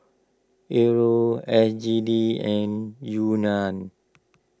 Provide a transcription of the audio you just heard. Euro S G D and Yuan